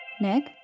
Nick